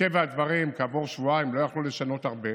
מטבע הדברים כעבור שבועיים לא יכלו לשנות הרבה,